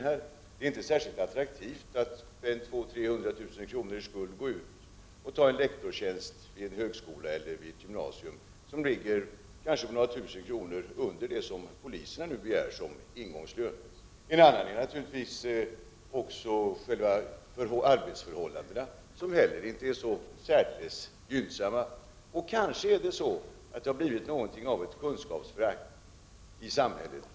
Det är inte särskilt attraktivt att med en skuld på 200 000 — 300 000 kr. i botten gå ut och ta en lektorstjänst vid en högskola eller ett gymnasium som har en lön som ligger några tusen kronor under den lön som poliserna nu begär som ingångslön. Ett annat skäl är naturligtvis själva arbetsförhållandena, som inte heller är särskilt gynnsamma. Kanske är det också så att det har blivit något av ett kunskapsförakt i samhället.